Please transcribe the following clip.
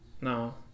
No